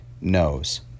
knows